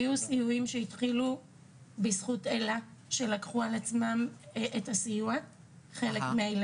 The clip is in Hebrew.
היה סיוע של אל"ה שלקחו על עצמם את חלק מהילדים,